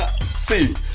see